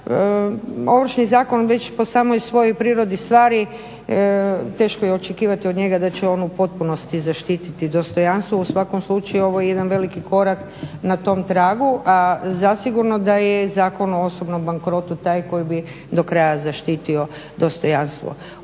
Ovršni zakon već po samoj svojoj prirodi stvari teško je očekivati od njega da će on u potpunosti zaštititi dostojanstvo, u svakom slučaju ovo je jedan veliki korak na tom tragu, a zasigurno da je Zakon o osobnom bankrotu taj koji bi do kraja zaštitio dostojanstvo.